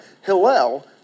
Hillel